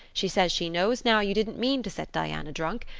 she says she knows now you didn't mean to set diana drunk,